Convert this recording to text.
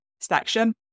section